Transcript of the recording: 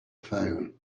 phone